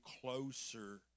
closer